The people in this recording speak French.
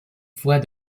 foy